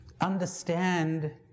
understand